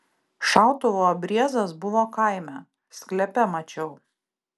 šautuvo abriezas buvo kaime sklepe mačiau